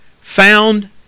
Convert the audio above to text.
found